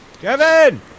Kevin